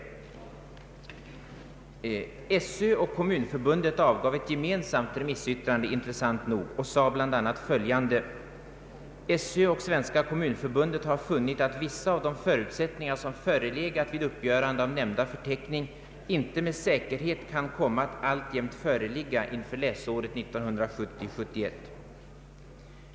Skolöverstyrelsen och Kommunförbundet avgav intressant nog ett gemensamt remissyttrande och sade bl.a. följande: ”Sö och Svenska Kommunförbundet har funnit att vissa av de förutsättningar som förelegat vid uppgörande av nämnda förteckning ej med säkerhet kan komma att alltjämt föreligga inför läsåret 1970/71.